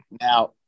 now